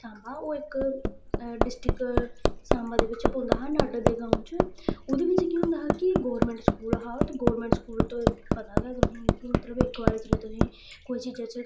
साम्बा ओह् इक डिस्ट्रिक्ट साम्बा दे बिच्च पौंदा हा नड्ड दे गांव च ओह्दे बिच्च केह् होंदा हा कि गौरमैंट स्कूल हा ते गौरमैंट स्कूल ते पता गै तुसेंगी कि सिर्फ कि मतलब इक बारी जेल्ले तुसेंगी कुसै चीजा च